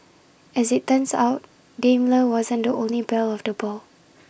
as IT turns out Daimler wasn't the only belle of the ball